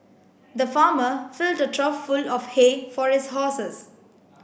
the farmer filled the trough full of hay for his horses